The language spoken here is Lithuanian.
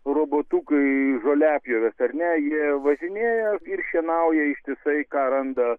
robotukai žoliapjovės ar ne jie važinėja ir šienauja ištisai ką randa